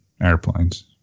airplanes